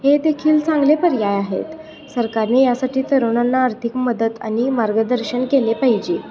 हे देखील चांगले पर्याय आहेत सरकारने यासाठी तरुणांना आर्थिक मदत आणि मार्गदर्शन केले पाहिजे